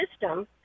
system